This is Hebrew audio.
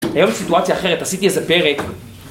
היום סיטואציה אחרת, עשיתי איזה פרק